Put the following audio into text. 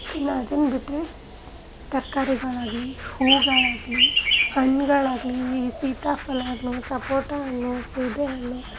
ಇನ್ನು ಅದನ್ನು ಬಿಟ್ಟರೆ ತರಕಾರಿಗಳಾಗ್ಲಿ ಹೂಗಳಾಗಲಿ ಹಣ್ಣುಗಳಾಗ್ಲಿ ಈ ಸೀತಾಫಲ ಆದಮೇಲೆ ಸಪೋಟ ಹಣ್ಣು ಸೀಬೆ ಹಣ್ಣು